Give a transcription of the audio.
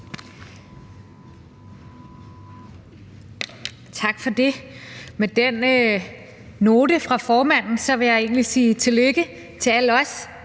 Tak for det. Med den note fra formanden vil jeg egentlig sige tillykke til alle os,